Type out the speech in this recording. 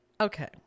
Okay